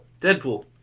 Deadpool